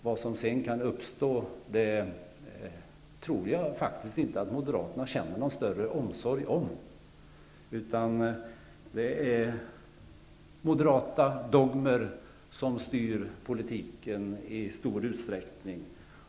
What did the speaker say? Vad som sedan händer tror jag inte moderaterna känner någon större omsorg om. Det är moderata dogmer som styr politiken i stor utsträckning.